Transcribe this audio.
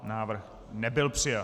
Návrh nebyl přijat.